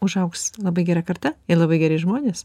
užaugs labai gera karta ir labai geri žmonės